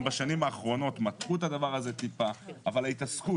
גם בשנים האחרונות מתחו את הדבר הזה טיפה אבל ההתעסקות